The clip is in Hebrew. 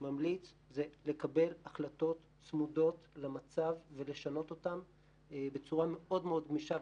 ממליץ הוא לקבל החלטות צמודות למצב ולשנות אותן בצורה מאוד מאוד גמישה.